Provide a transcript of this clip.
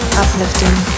uplifting